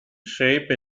shape